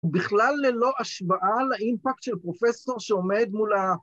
בכלל ללא השבעה לאימפקט של פרופסור שעומד מול ה..